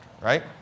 Right